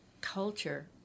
culture